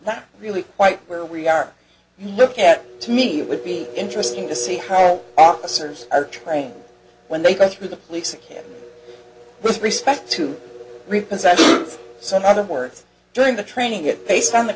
really quite where we are look at to me it would be interesting to see how officers are trained when they go through the policing with respect to reports that some other words during the training it based on the